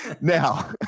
Now